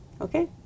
Okay